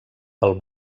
pel